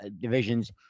divisions